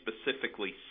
specifically